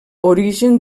origen